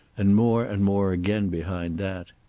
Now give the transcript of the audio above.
and more and more again behind that.